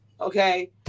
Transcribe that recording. Okay